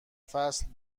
فصل